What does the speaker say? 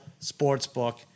Sportsbook